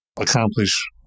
accomplish